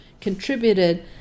contributed